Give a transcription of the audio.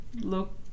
look